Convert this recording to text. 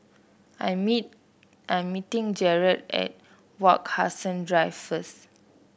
I'm I'm meeting Jerad at Wak Hassan Drive first